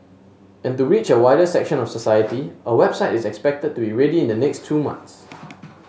and to reach a wider section of society a website is expected to be ready in the next two months